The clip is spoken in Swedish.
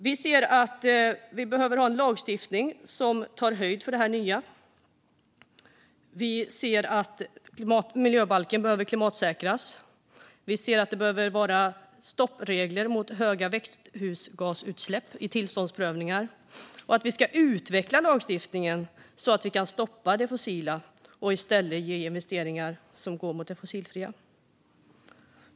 Vi ser att det behövs en lagstiftning som tar höjd för detta nya, och vi ser att miljöbalken behöver klimatsäkras. Vi ser att det i tillståndsprövningar behöver finnas stoppregler gällande höga växthusgasutsläpp, och vi ser att lagstiftningen behöver utvecklas så att man kan stoppa det fossila och i stället få investeringar i det fossilfria.